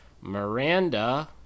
Miranda